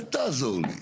אל תעזור לי.